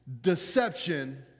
deception